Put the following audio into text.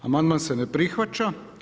Amandman se ne prihvaća.